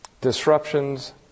disruptions